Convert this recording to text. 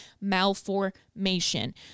malformation